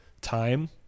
time